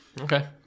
okay